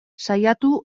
saiatu